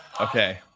Okay